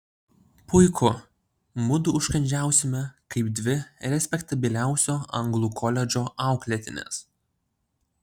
puiku mudu užkandžiausime kaip dvi respektabiliausio anglų koledžo auklėtinės